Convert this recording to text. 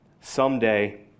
someday